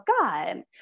God